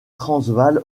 transvaal